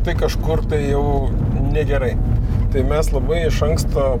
tai kažkur jau negerai tai mes labai iš anksto